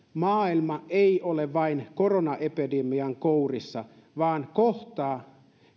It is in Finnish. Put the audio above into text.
maailma ei ole vain koronaepidemian kourissa vaan kohtaa